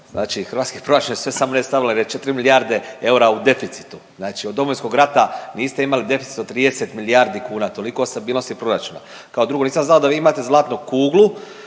znači hrvatski proračun je sve samo ne stabilan jer je četri miljarde eura u deficitu. Znači od Domovinskog rata niste imali deficit od 30 milijardi kuna, toliko o stabilnosti proračuna. Kao drugo, nisam znao da vi imate zlatnu kuglu